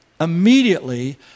immediately